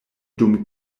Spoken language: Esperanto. dum